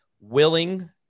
willing